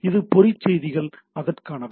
இந்த பொறி செய்திகள் அதற்கானவை